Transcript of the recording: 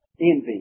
envy